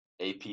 AP